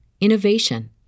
innovation